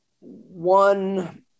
one